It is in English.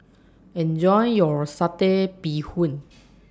Enjoy your Satay Bee Hoon